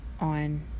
on